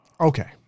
Okay